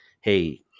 Hey